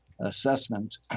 assessment